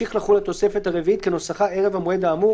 תמשיך לחול התוספת הרביעית כנוסחה ערב המועד האמור,